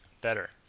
Better